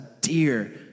dear